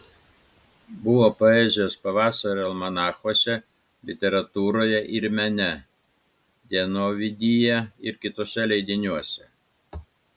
buvo poezijos pavasario almanachuose literatūroje ir mene dienovidyje ir kituose leidiniuose